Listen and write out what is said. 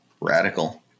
radical